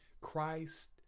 Christ